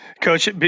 coach